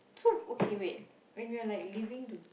so okay wait when we're like leaving to